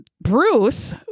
Bruce